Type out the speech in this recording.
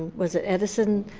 was it edison?